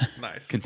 Nice